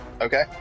Okay